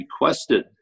requested